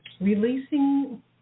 releasing